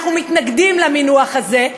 אנחנו מתנגדים למינוח הזה,